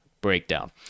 breakdown